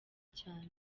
cyane